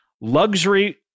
luxury